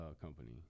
company